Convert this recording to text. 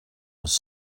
was